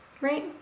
Right